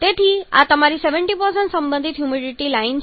તેથી આ તમારી 70 સંબંધિત હ્યુમિડિટી છે